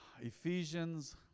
ephesians